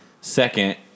Second